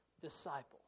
disciple